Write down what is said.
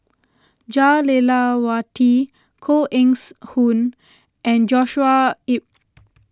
Jah Lelawati Koh Eng Hoon and Joshua Ip